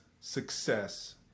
success